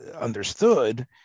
understood